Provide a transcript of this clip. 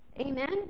Amen